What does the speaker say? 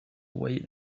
wait